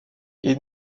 est